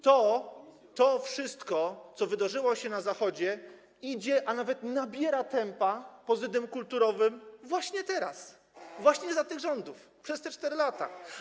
To wszystko, co wydarzyło się na Zachodzie, dzieje się, a nawet nabiera tempa pod względem kulturowym właśnie teraz, właśnie za tych rządów, przez te 4 lata.